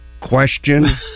question